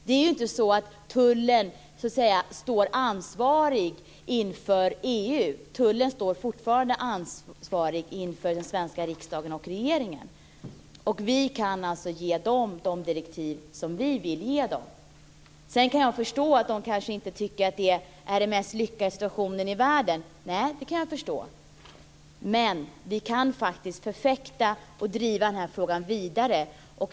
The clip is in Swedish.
Det är inte tullen som står ansvarig inför EU, utan tullen står fortfarande ansvarig inför den svenska riksdagen och regeringen. Vi kan alltså ge tullen de direktiv som vi önskar. Sedan kanske tullen inte tycker att det vore den mest lyckade situationen i världen - det kan jag förstå. Men vi kan faktiskt förfäkta och driva den här frågan vidare.